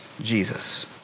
Jesus